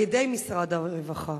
על-ידי משרד הרווחה,